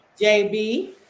JB